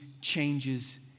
changes